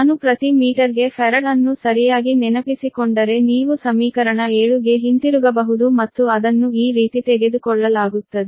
ನಾನು ಪ್ರತಿ ಮೀಟರ್ಗೆ ಫರಾದ್ ಅನ್ನು ಸರಿಯಾಗಿ ನೆನಪಿಸಿಕೊಂಡರೆ ನೀವು ಸಮೀಕರಣ 7 ಗೆ ಹಿಂತಿರುಗಬಹುದು ಮತ್ತು ಅದನ್ನು ಈ ರೀತಿ ತೆಗೆದುಕೊಳ್ಳಲಾಗುತ್ತದೆ